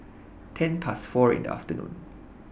ten Past four in The afternoon